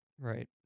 Right